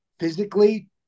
Physically